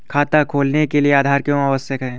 खाता खोलने के लिए आधार क्यो आवश्यक है?